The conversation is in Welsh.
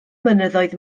mynyddoedd